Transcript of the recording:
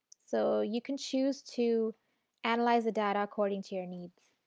so you can choose to analyze the data according to your needs.